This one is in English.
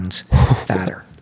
fatter